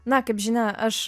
na kaip žinia aš